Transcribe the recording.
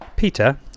Peter